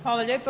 Hvala lijepa.